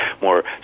more